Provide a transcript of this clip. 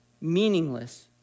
meaningless